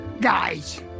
guys